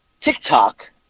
TikTok